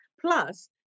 plus